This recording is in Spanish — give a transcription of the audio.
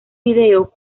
video